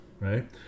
right